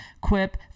Quip